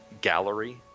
gallery